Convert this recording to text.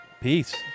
peace